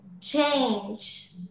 change